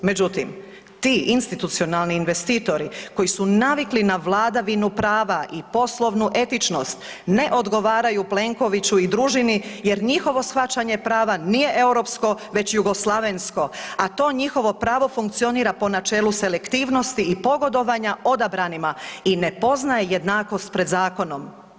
Međutim, ti institucionalni investitori koji su navikli na vladavinu prava i poslovnu etičnost ne odgovaraju Plenkoviću i družini jer njihovo shvaćanje prava nije europsko već jugoslavensko, a to njihovo pravo funkcionira po načelu selektivnosti i pogodovanja odabranima i ne poznaje jednakost pred zakonom.